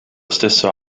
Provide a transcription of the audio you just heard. stesso